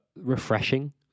refreshing